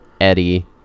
eddie